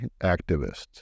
activists